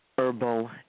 Herbal